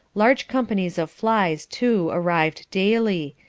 large companies of flies, too, arrived daily,